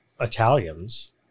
Italians